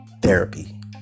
therapy